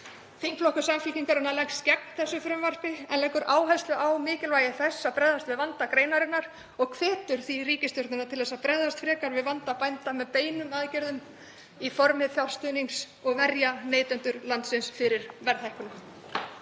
Þingflokkur Samfylkingarinnar leggst gegn þessu frumvarpi en leggur áherslu á mikilvægi þess að bregðast við vanda greinarinnar og hvetur því ríkisstjórnina til að bregðast frekar við vanda bænda með beinum aðgerðum í formi fjárstuðnings og verja neytendur landsins fyrir verðhækkunum.